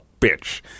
bitch